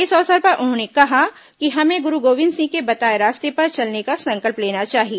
इस अवसर पर उन्होंने कहा कि हमें गुरू गोविंद सिंह के बताए रास्ते पर चलने का संकल्प लेना चाहिए